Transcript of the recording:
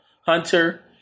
Hunter